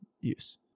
use